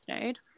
node